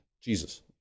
Jesus